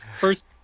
first